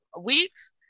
weeks